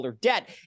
debt